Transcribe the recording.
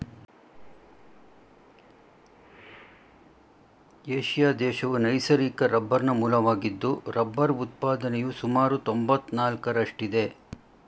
Asia ದೇಶವು ನೈಸರ್ಗಿಕ ರಬ್ಬರ್ನ ಮೂಲವಾಗಿದ್ದು ರಬ್ಬರ್ ಉತ್ಪಾದನೆಯು ಸುಮಾರು ತೊಂಬತ್ನಾಲ್ಕರಷ್ಟಿದೆ